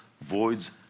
voids